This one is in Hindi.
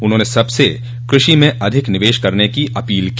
उन्होंने सबसे कृषि में अधिक निवेश करने की अपील की